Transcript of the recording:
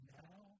now